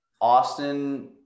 Austin